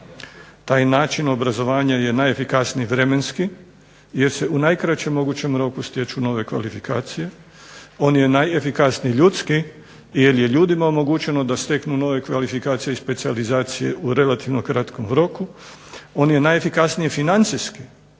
Taj način obrazovanja je najefikasniji vremenski jer se u najkraćem mogućem roku stječu nove kvalifikacije, on je najefikasniji ljudski jer je ljudima omogućeno da steknu nove kvalifikacije i specijalizacije u relativno kratkom roku, on je najefikasniji financijski